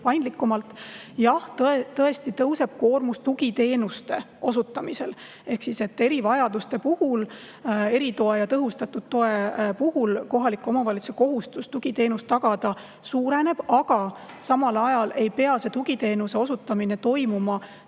paindlikumalt. Jah, tõesti tõuseb koormus tugiteenuste osutamisel. Erivajaduste puhul, eritoe ja tõhustatud toe puhul kohaliku omavalitsuse kohustus tugiteenust tagada suureneb, aga samal ajal ei pea see tugiteenuse osutamine toimuma